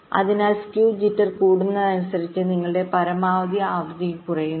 അതിനാൽ skew jitter കൂടുന്നതിനനുസരിച്ച് നിങ്ങളുടെ പരമാവധി ആവൃത്തിയും കുറയുന്നു